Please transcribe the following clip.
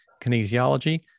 kinesiology